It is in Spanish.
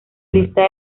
lista